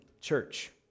church